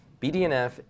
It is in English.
BDNF